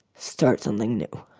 start something new